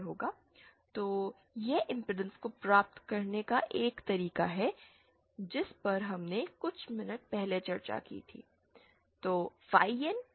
तो यह इंपेडेंस को प्राप्त करने का एक तरीका है जिस पर हमने कुछ मिनट पहले चर्चा की है